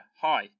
hi